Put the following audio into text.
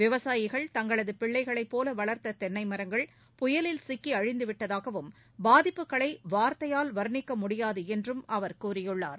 விவசாயிகள் தங்களது பிள்ளைகளைப் போல வளர்த்த தென்னை மரங்கள் புயலில் சிக்கி அழிந்துவிட்டதாகவும் பாதிப்புகளை வார்த்தையால் வா்ணிக்க முடியாது என்றும் அவா் கூறியுள்ளார்